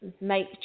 make